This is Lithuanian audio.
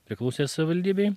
priklausė savivaldybei